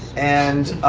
and